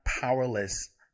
powerless